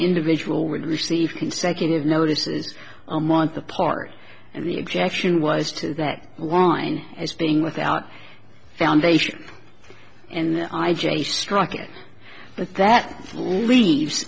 individual would receive consecutive notices a month apart and the objection was to that line as being without foundation and i j struck it but that leaves